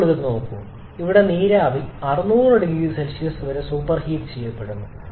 ഇപ്പോൾ ഇത് നോക്കൂ ഇവിടെ നീരാവി 600oCവരെ സൂപ്പർഹീറ്റ് ചെയ്യപ്പെടുന്നു